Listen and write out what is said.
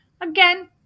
Again